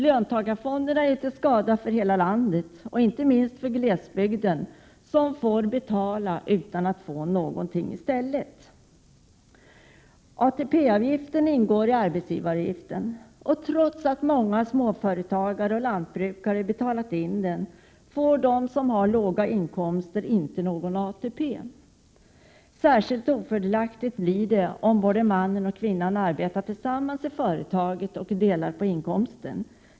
Löntagarfonderna är till skada för hela landet —- inte minst för glesbygden som får betala utan att få någonting i stället. ATP-avgiften ingår i arbetsgivaravgiften. Trots att många småföretagare och lantbrukare betalat in denna får personer med låga inkomster inte någon ATP. Särskilt ofördelaktigt blir det om både mannen och kvinnan arbetar tillsammans i företaget och delar på inkomsten.